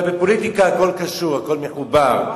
אבל בפוליטיקה הכול קשור, הכול מחובר.